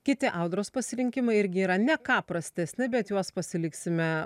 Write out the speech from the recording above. kiti audros pasirinkimai irgi yra ne ką prastesni bet juos pasiliksime